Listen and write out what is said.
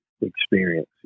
experience